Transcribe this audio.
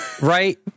Right